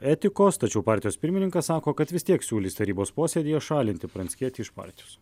etikos tačiau partijos pirmininkas sako kad vis tiek siūlys tarybos posėdyje šalinti pranckietį iš partijos